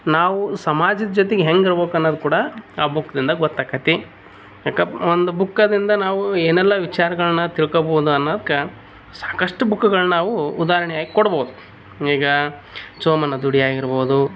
ನಾವೂ ಸಮಾಜದ ಜೊತೆಗೆ ಹೆಂಗೆ ಇರ್ಬೇಕ್ ಅನ್ನೋದ್ ಕೂಡ ಆ ಬುಕ್ದಿಂದ ಗೊತ್ತಾಕತಿ ಯಾಕೆ ಒಂದು ಬುಕ್ಕದಿಂದ ನಾವೂ ಏನೆಲ್ಲಾ ವಿಚಾರಗಳನ್ನ ತಿಳ್ಕೋಬೋದು ಅನ್ನೋದ್ಕ ಸಾಕಷ್ಟು ಬುಕ್ಗಳ್ನ ನಾವೂ ಉದಾಹರ್ಣೆಯಾಗ್ ಕೊಡ್ಬೋದು ಈಗ ಚೋಮನ ದುಡಿ ಆಗಿರ್ಬೋದು